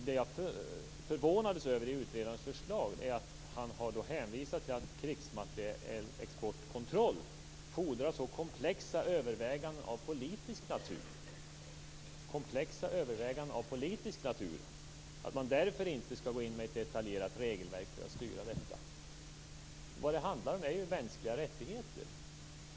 Det jag förvånades över i utredarens förslag var att han har hänvisat till att krigsmaterielexportkontroll fordrar så komplexa överväganden av politisk natur att man därför inte skall gå in med ett detaljerat regelverk för att styra detta. Vad det handlar om är ju mänskliga rättigheter.